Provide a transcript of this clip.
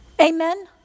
Amen